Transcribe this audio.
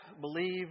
believe